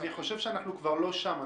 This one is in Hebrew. אני חושב שאנחנו כבר לא שם,